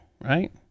right